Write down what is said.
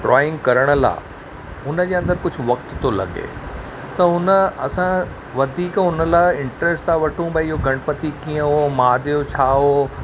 drawing करण लाइ उनजे अंदरु कुझु वक़्त थो लॻे त हुन असां वधीक उन लाइ इंट्रेस्ट था वठूं भाई इहो गणपति कीअं हुओ महादेव छा हुओ